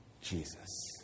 Jesus